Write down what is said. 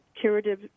curative